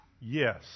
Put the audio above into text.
yes